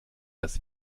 das